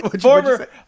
Former